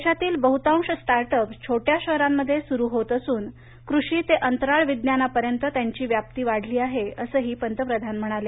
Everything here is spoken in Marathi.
देशातील बहुतांश स्टार्ट अप्स छोट्या शहरांमध्ये सुरू होत असून कृषी ते अंतराळ विज्ञानापर्यंत त्यांची व्याप्ती वाढली आहे असंही पंतप्रधान म्हणाले